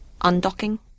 undocking